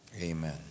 amen